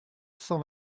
cent